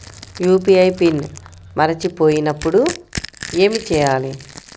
UPI pin మరచిపోయినప్పుడు ఏమి చేయాలి?